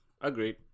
agreed